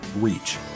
reach